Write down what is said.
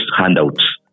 handouts